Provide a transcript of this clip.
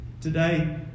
Today